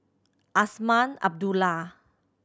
Azman Abdullah